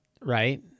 right